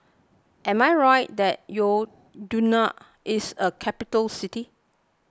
am I right that you do not is a capital city